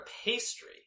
pastry